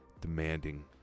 Demanding